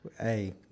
Hey